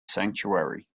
sanctuary